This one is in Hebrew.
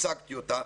הצגתי אותה,